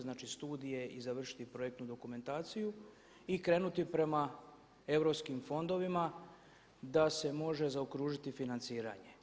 Znači studije i završiti projektnu dokumentaciju i krenuti prema europskim fondovima da se može zaokružiti financiranje.